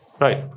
Right